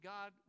God